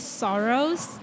sorrows